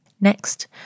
Next